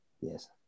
Yes